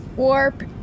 Warp